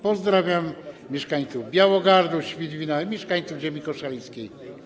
Pozdrawiam mieszkańców Białogardu, Świdwina i mieszkańców ziemi koszalińskiej.